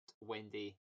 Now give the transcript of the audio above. Wendy